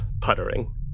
puttering